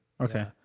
Okay